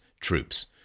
troops